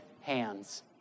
hands